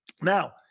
Now